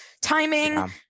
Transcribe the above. timing